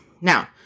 Now